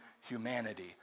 humanity